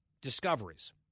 discoveries